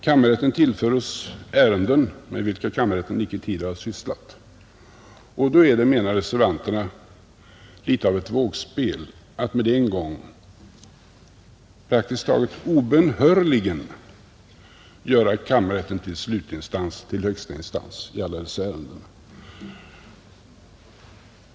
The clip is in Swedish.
Kammarrätten tillförs ärenden med vilka den icke tidigare har sysslat, och därför är det, menar reservanterna, något av ett vågspel att praktiskt taget obönhörligen göra kammarrätten till högsta instans i alla dessa ärenden.